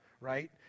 right